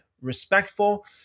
respectful